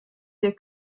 der